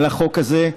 על החוק הזה.